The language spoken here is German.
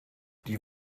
die